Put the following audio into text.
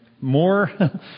more